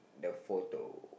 the photo